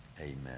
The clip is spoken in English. amen